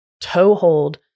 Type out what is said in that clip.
toehold